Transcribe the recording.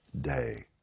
day